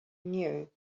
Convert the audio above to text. knew